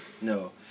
No